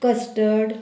custard